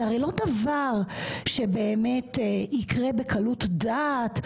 זה הרי לא דבר שבאמת יקרה בקלות דעת.